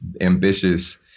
ambitious